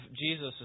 Jesus